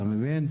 אתה מבין?